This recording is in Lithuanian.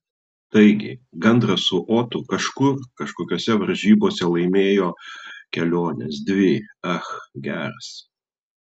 taigi gandras su otu kažkur kažkokiose varžybose laimėjo keliones dvi ach geras